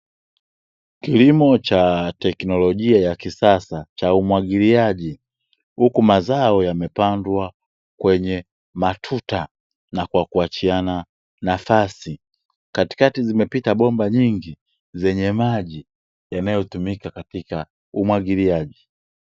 Kilimo cha teknolojia ya kisasa cha umwagiliaji, huku mazao yamepandwa kwenye matuta na kwa kuachiana nafasi, katikati zimepita bomba nyingi zenye maji yanayotumika katika umwagiliaji.